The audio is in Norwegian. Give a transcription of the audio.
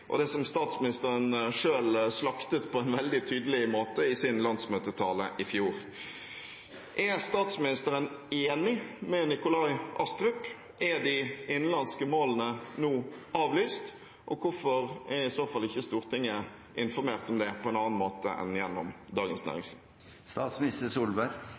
og som statsministeren selv slaktet på en veldig tydelig måte i sin landsmøtetale i fjor. Er statsministeren enig med Nikolai Astrup – er de innenlandske målene nå avlyst? Hvorfor er i så fall ikke Stortinget informert om det på en annen måte enn gjennom Dagens